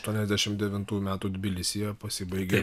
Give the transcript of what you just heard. aštuoniasdešimt devintųjų metų tbilisyje pasibaigė